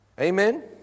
Amen